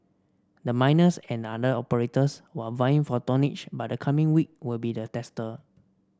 the miners and other operators were vying for tonnage but the coming week will be the tester